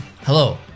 Hello